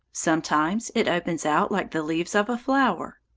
sometimes it opens out like the leaves of a flower.